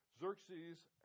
Xerxes